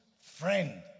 friend